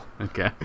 okay